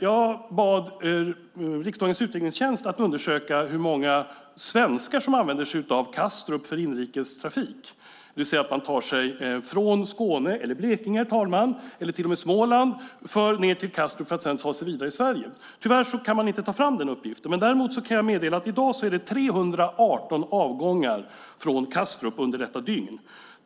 Jag bad riksdagens utredningstjänst att undersöka hur många svenskar som använder sig av Kastrup för inrikes trafik, det vill säga som tar sig från Skåne, Blekinge eller till och med Småland ned till Kastrup för att sedan ta sig vidare till Sverige. Tyvärr kan man inte ta fram den uppgiften. Däremot kan jag meddela att det i dag är 318 avgångar från Kastrup under detta dygn.